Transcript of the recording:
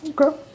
Okay